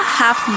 half